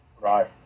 Right